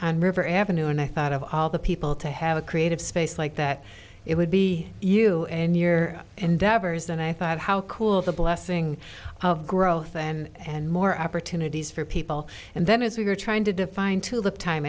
on river avenue and i thought of all the people to have a creative space like that it would be you and your endeavors and i thought how cool the blessing of growth and more opportunities for people and then as we were trying to define to live time